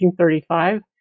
1935